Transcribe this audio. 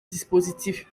dispositif